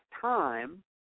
time